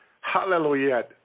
hallelujah